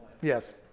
yes